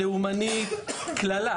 לאומנית, קללה